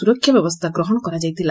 ସୁରକ୍ଷା ବ୍ୟବସ୍ରା ଗ୍ରହଶ କରାଯାଇଥିଲା